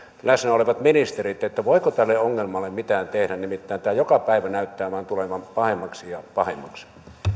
läsnä olevat ministerit voiko tälle ongelmalle mitään tehdä nimittäin tämä joka päivä näyttää vain tulevan pahemmaksi ja pahemmaksi